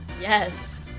Yes